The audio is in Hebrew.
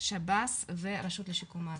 שב"ס והרשות לשיקום האסיר.